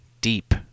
deep